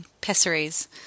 pessaries